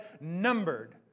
numbered